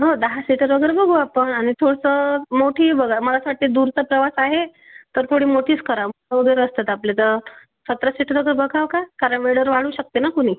हो दहा सीटर वगैरे बघू आपण आणि थोडसं मोठी बघा मला असं वाटते दूरचा प्रवास आहे तर थोडी मोठीच करावं सतरा सीटरचं बघावं का कारण वेळेवर वाढू शकते न कुणी